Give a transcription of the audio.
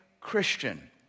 Christian